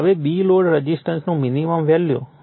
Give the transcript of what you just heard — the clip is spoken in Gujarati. હવે b લોડ રઝિસ્ટન્સનું મિનિમમ વેલ્યૂ V2 I2 છે